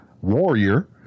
Warrior